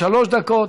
שלוש דקות,